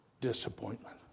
disappointment